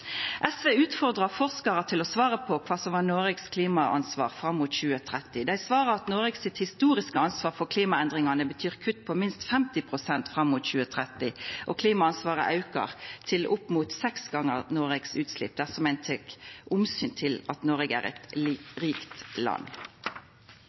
SV utfordrar forskarar til å svara på kva som er Noregs klimaansvar fram mot 2030. Dei svarer at Noregs historiske ansvar for klimaendringane betyr kutt på minst 50 pst. fram mot 2030, og klimaansvaret aukar til opp mot seks gonger utsleppa til Noreg, dersom ein tek omsyn til at Noreg er eit